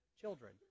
children